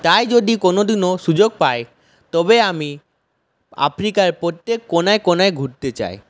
তাই যদি কোনোদিনও সুযোগ পাই তবে আমি আফ্রিকার প্রত্যেক কোনায় কোনায় ঘুরতে চাই